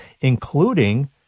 including